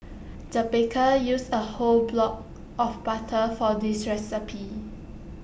the baker used A whole block of butter for this recipe